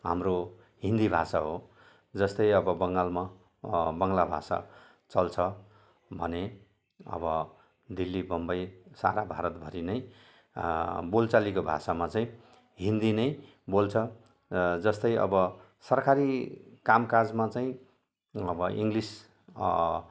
हाम्रो हिन्दी भाषा हो जस्तै अब बङ्गालमा बङ्ला भाषा चल्छ भने अब दिल्ली बम्बई सारा भारतभरि नै बोलीचालीको भाषामा चाहिँ हिन्दी नै बोल्छ र जस्तै अब सरकारी काम काजमा चाहिँ अब इङ्ग्लिस